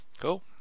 Cool